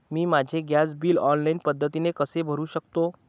मी माझे gas bill online पद्धतीने कसे भरु शकते?